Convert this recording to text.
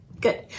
Good